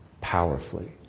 powerfully